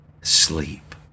sleep